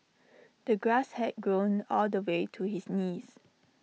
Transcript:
the grass had grown all the way to his knees